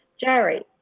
Jerry